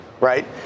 Right